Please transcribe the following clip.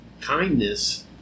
kindness